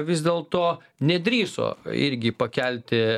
vis dėlto nedrįso irgi pakelti